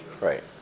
Right